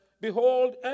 Behold